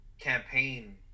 campaign